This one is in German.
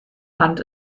hand